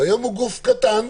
והיום הוא גוף קטן.